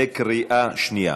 בקריאה שנייה.